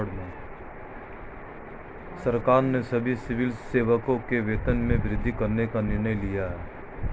सरकार ने सभी सिविल सेवकों के वेतन में वृद्धि करने का निर्णय लिया है